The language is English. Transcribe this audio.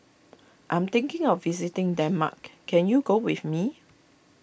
I am thinking of visiting Denmark can you go with me